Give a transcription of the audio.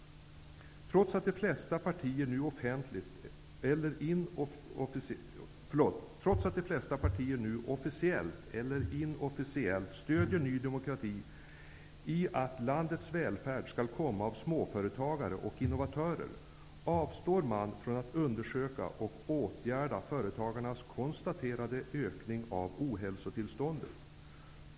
Trots att de flesta partier officiellt eller inofficiellt stödjer Ny demokrati i tanken att landets välfärd skall skapas av småföretagare och innovatörer avstår man från att undersöka och åtgärda företagarnas konstaterade ökning av ohälsotillståndet.